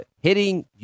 hitting